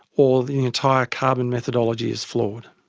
or the entire carbon methodology is flawed.